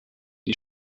die